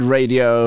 Radio